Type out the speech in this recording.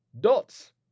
dots